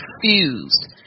confused